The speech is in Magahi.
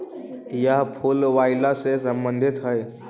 यह फूल वायूला से संबंधित हई